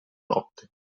notte